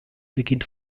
beginnt